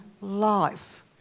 life